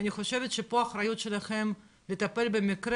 אני חושבת שפה האחריות שלכם לטפל במקרה